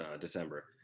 December